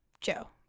Joe